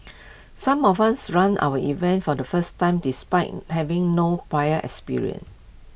some of us ran our events for the first time despite having no prior experience